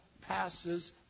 passes